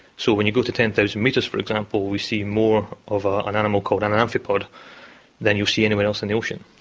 so when you go to ten thousand metres for example, we see more of ah an animal called an amphipod than you'll see anywhere else in thee ocean.